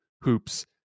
hoops